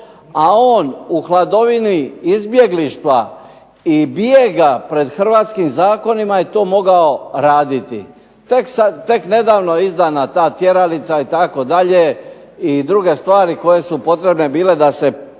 a on u hladovini izbjeglištva i bijega pred Hrvatskim zakonima je to mogao raditi. Tek nedavno je izdana je ta tjeralica itd., i druge stvari koje su potrebne bile da se